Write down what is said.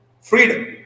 freedom